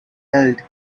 held